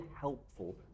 helpful